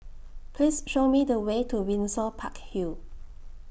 Please Show Me The Way to Windsor Park Hill